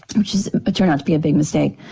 which turned out to be a big mistake.